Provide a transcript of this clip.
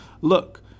Look